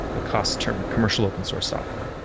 the coss term, commercial open source software.